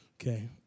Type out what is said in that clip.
Okay